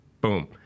boom